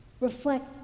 reflect